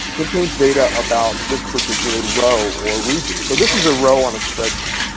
contains data about this particular row or region. so this is a row on a spreadsheet.